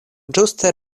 ĝuste